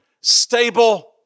stable